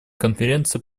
конференции